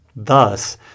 Thus